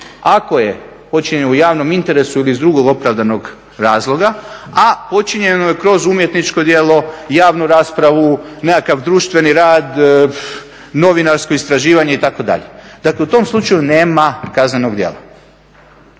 ako je počinjeno u javnom interesu ili sa drugog opravdanog razloga a počinjeno je kroz umjetničko djelo, javnu raspravu, nekakav društveni rad, novinarsko istraživanje itd., dakle u tom slučaju nema kaznenog djela.